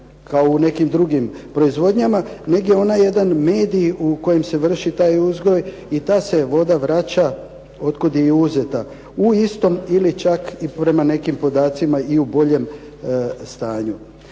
kao u nekim drugim proizvodnjama, nego je ona jedan medij u kojem se vrši taj uzgoj i ta se voda vraća od kud je i uzeta u istom ili čak i prema nekim podacima i u boljem stanju.